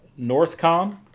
Northcom